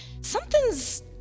something's